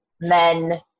men